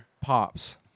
pops